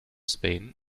spain